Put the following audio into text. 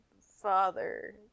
father